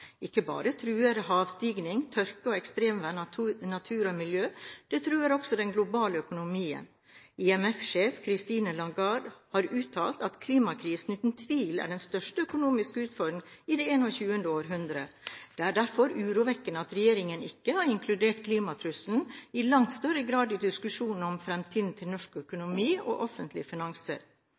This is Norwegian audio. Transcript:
Ikke bare truer havstigning, tørke og ekstremvær natur og miljø, det truer også den globale økonomien. IMF-sjef Christine Lagarde har uttalt at klimakrisen uten tvil er den største økonomiske utfordringen i det 21. århundre. Det er derfor urovekkende at regjeringen ikke har inkludert klimatrusselen i langt større grad i diskusjonen om fremtiden til norsk økonomi og offentlige finanser.